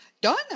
Donna